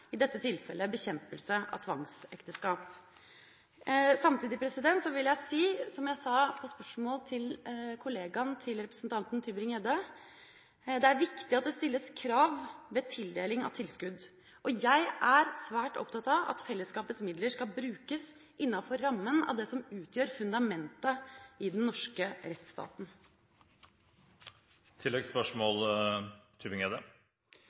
i dette tilfellet bekjempelse av tvangsekteskap. Samtidig vil jeg si – som jeg svarte på spørsmålet fra kollegaen til representanten Tybring-Gjedde – at det er viktig at det stilles krav ved tildeling av tilskudd. Jeg er svært opptatt av at fellesskapets midler skal brukes innenfor rammen av det som utgjør fundamentet i den norske rettsstaten.